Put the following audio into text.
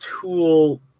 tool